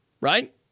right